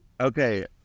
Okay